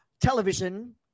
television